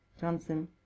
Johnson